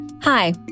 Hi